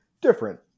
different